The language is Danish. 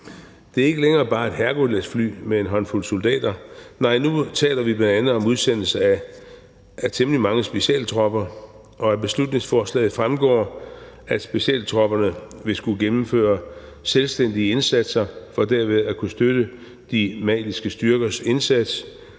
Det er ikke længere bare et Herculesfly med en håndfuld soldater. Nej, nu taler vi bl.a. om udsendelse af temmelig mange specialtropper, og af beslutningsforslaget fremgår det, at specialtropperne vil skulle gennemføre selvstændige indsatser for derved at kunne støtte de maliske styrkers indsats.